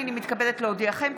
הינני מתכבדת להודיעכם,